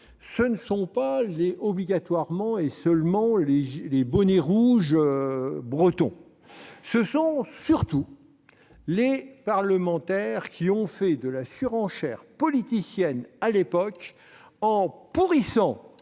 ce ne sont pas seulement les « bonnets rouges » bretons. Ce sont surtout les parlementaires qui ont fait de la surenchère politicienne, à l'époque, en pourrissant